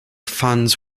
funds